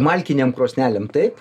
malkinėm krosnelėm taip